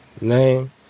name